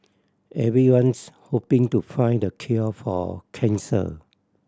everyone's hoping to find the cure for cancer